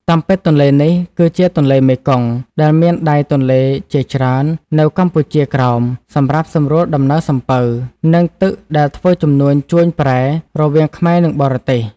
តាមពិត ទន្លេនេះ គឺជាទន្លេមេគង្គ ដែលមានដៃទន្លេជាច្រើននៅកម្ពុជាក្រោមសម្រាប់សម្រួលដំណើរសំពៅ និងទឹកដែលធ្វើជំនួញជួញប្រែ រវាងខ្មែរនិងបរទេស ។